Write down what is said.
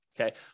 Okay